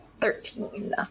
Thirteen